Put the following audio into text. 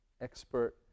expert